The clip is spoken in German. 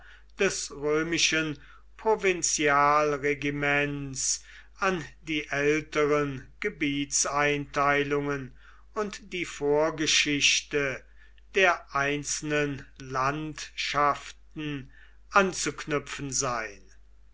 des römischen provinzialregiments an die älteren gebietsteilungen und die vorgeschichte der einzelnen landschaften anzuknüpfen sein